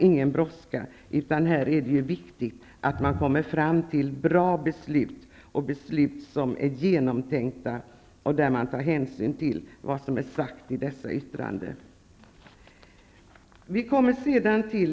Det är viktigt att bra och genomtänkta beslut fattas, och det är bra om man tar hänsyn till vad som har sagts i yttrandena. Det föreligger ju ingen brådska.